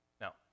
Now